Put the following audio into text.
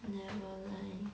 never lie